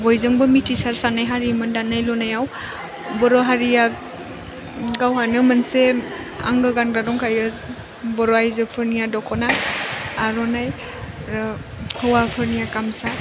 बयजोंबो मिथिसार जानाय हारिमोन दानाय लुनायाव बर' हारिया गावहानो मोनसे आंगो गानग्रा दंखायो बर' आयजोफोरनिया दख'ना आर'नाइ आरो हौवाफोरनिया गामसा